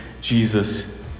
Jesus